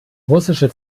russische